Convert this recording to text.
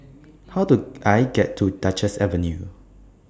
How Do I get to Duchess Avenue